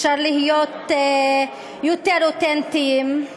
אפשר להיות יותר אותנטיים,